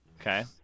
okay